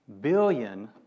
billion